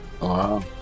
Wow